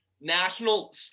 national